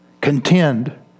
Contend